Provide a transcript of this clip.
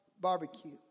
barbecue